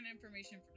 information